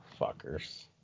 Fuckers